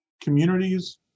communities